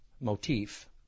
motif